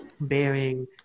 bearing